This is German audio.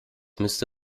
müsste